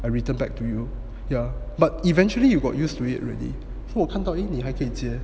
I return back to you yeah but eventually you got used to it already 我看到一你还可以接